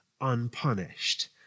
unpunished